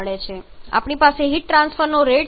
તેથી આપણી પાસે હીટ ટ્રાન્સરનો રેટ છે